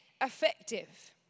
effective